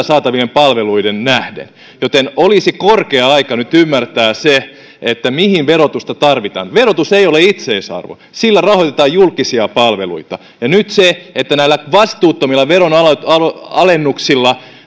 saataviin palveluihin nähden joten olisi korkea aika nyt ymmärtää se mihin verotusta tarvitaan verotus ei ole itseisarvo sillä rahoitetaan julkisia palveluita ja sen että näillä vastuuttomilla veronalennuksilla